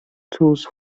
tools